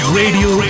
radio